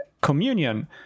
communion